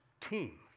team